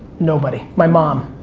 nobody. my mom.